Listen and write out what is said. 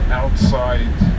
outside